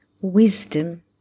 wisdom